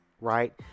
right